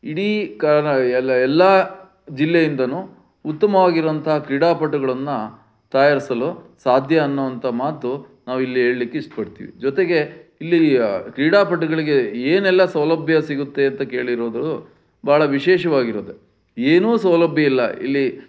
ಇಡೀ ಎಲ್ಲ ಎಲ್ಲ ಜಿಲ್ಲೆಯಿಂದನೂ ಉತ್ತಮವಾಗಿರುವಂತಹ ಕ್ರೀಡಾಪಟುಗಳನ್ನು ತಯಾರಿಸಲು ಸಾಧ್ಯ ಅನ್ನುವಂಥ ಮಾತು ನಾವಿಲ್ಲಿ ಹೇಳ್ಲಿಕ್ಕೆ ಇಷ್ಟಪಡ್ತೀವಿ ಜೊತೆಗೆ ಇಲ್ಲಿ ಕ್ರೀಡಾಪಟುಗಳಿಗೆ ಏನೆಲ್ಲ ಸೌಲಭ್ಯ ಸಿಗುತ್ತೆ ಅಂತ ಕೇಳಿರೋದು ಭಾಳ ವಿಶೇಷವಾಗಿರೋದೆ ಏನೂ ಸೌಲಭ್ಯ ಇಲ್ಲ ಇಲ್ಲಿ